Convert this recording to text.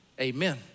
amen